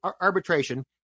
arbitration